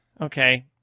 okay